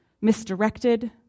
misdirected